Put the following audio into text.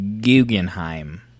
Guggenheim